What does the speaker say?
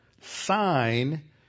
sign